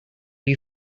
you